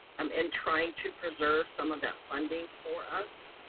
um and trying to preserve some of that funding for us.